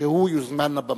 שיוזמן לבמה.